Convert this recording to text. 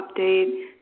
update